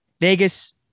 Vegas